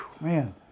man